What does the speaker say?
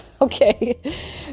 Okay